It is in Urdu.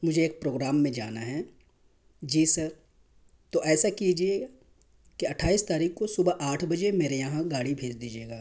مجھے ایک پروگرام میں جانا ہے جی سر تو ایسا کیجیے کہ اٹھائیس تاریخ کو صبح آٹھ بجے میرے یہاں گاڑی بھیج دیجیے گا